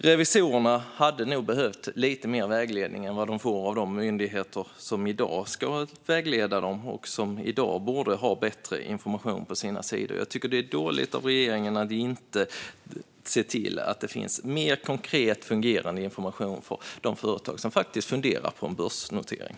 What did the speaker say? Revisorerna hade nog behövt lite mer vägledning än de får av de myndigheter som i dag ska vägleda dem och som i dag borde ha bättre information på sina sidor. Det är dåligt av regeringen att inte se till att det finns mer konkret fungerande information för de företag som faktiskt funderar på en börsnotering.